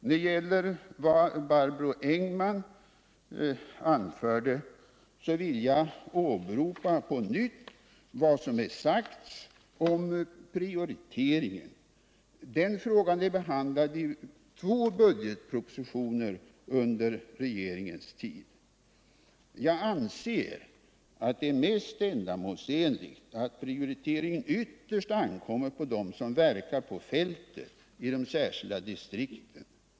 Beträffande vad Barbro Engman-Nordin anförde vill jag på nytt åberopa vad som är sagt om prioritering. Den frågan är behandlad i två budgetpropositioner under regeringens tid. Jag anser att det är mest ändamålsenligt att prioteringen ytterst ankommer på dem som verkar på fältet i de särskilda distrikten.